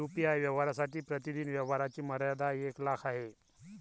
UPI व्यवहारांसाठी प्रतिदिन व्यवहारांची मर्यादा एक लाख आहे